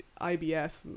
IBS